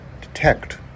detect